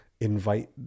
invite